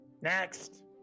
Next